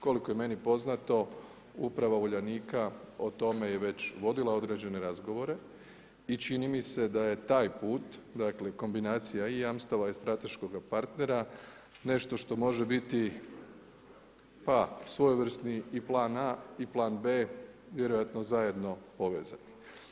Koliko je meni poznato uprava Uljanika o tome je već vodila određene razgovore i čini mi se da je taj put, dakle kombinacija i jamstava i strateškoga partnera nešto što može biti, pa svojevrsni i plan A i plan B vjerojatno zajedno povezani.